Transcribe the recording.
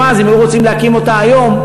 אם היו רוצים להקים אותה היום,